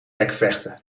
bekvechten